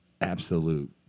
absolute